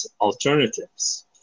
alternatives